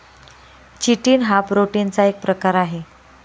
chitin हा प्रोटीनचा एक प्रकार आहे